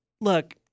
look